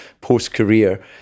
post-career